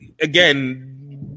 again